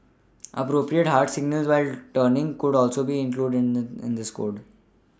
appropriate hand signals when turning could also be included in in this code